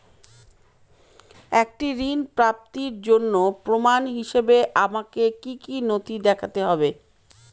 একটি ঋণ প্রাপ্তির জন্য প্রমাণ হিসাবে আমাকে কী কী নথি দেখাতে হবে?